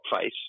face